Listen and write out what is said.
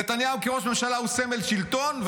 נתניהו כראש ממשלה הוא סמל שלטון,